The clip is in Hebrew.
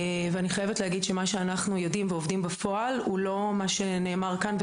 אני חייבת להגיד שמה שאנחנו יודעים ועובדים בפועל הוא לא מה שנאמר כאן,